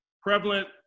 prevalent